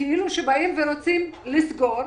כאילו שרוצים לסגור.